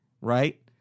Right